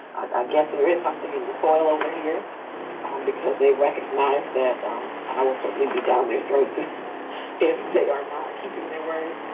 i guess there is something in the soil over here um because they recognize that um i will certainly be down their throat if they are not keeping their word.